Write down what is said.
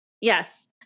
yes